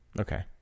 Okay